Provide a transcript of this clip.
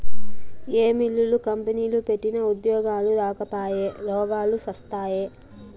ఏ మిల్లులు, కంపెనీలు పెట్టినా ఉద్యోగాలు రాకపాయె, రోగాలు శాస్తాయే